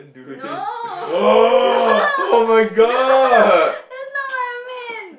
no no no that's not what I meant